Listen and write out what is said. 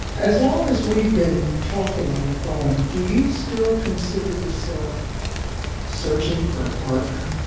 as long as we've been talking on the phone, do you still consider yourself searching for a partner?